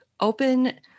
open